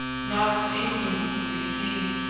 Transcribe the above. not an indian can be seen.